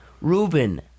Ruben